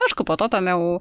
aišku po to ten jau